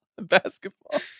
basketball